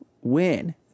win